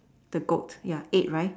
the goat ya eight right